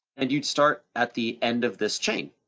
and you'd start at the end of this chain.